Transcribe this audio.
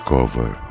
Cover